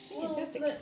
Fantastic